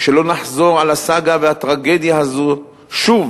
שלא נחזור על הסאגה והטרגדיה הזאת שוב